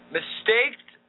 Mistaked